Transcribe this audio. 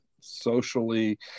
socially